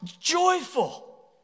joyful